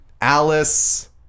Alice